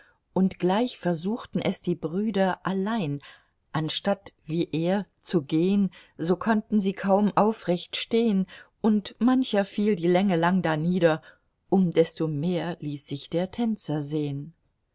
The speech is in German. und gleich versuchten es die brüder allein anstatt wie er zu gehn so konnten sie kaum aufrecht stehn und mancher fiel die länge lang danieder um desto mehr ließ sich der tänzer sehn